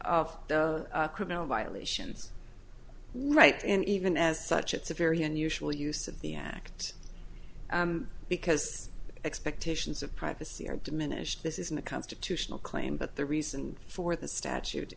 of the criminal violations right and even as such it's a very unusual use of the act because expectations of privacy are diminished this isn't a constitutional claim but the reason for the statute